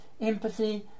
empathy